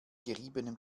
geriebenem